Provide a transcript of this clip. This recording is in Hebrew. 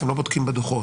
אתם לא בודקים בדוחות.